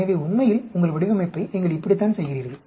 எனவே உண்மையில் உங்கள் வடிவமைப்பை நீங்கள் இப்படித்தான் செய்கிறீர்கள்